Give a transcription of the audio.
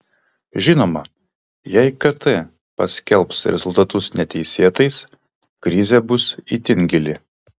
žinoma jei kt paskelbs rezultatus neteisėtais krizė bus itin gili